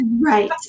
Right